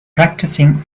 practicing